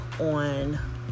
on